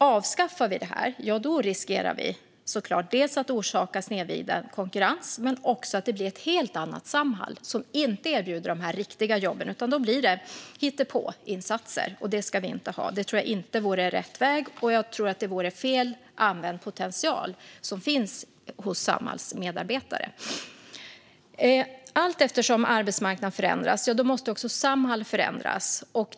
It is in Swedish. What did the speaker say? Avskaffar vi det då riskerar vi såklart dels att orsaka snedvriden konkurrens, dels att det blir ett helt annat Samhall som inte erbjuder riktiga jobb. Då blir det hittepåinsatser, och det ska vi inte ha. Det tror jag inte vore rätt väg, och jag tror att det vore fel använd potential som finns hos Samhalls medarbetare. Allteftersom arbetsmarknaden förändras måste också Samhall förändras.